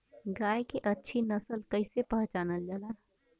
गाय के अच्छी नस्ल कइसे पहचानल जाला?